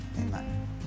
Amen